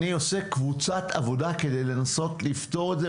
אני עושה קבוצת עבודה כדי לנסות לפתור את זה,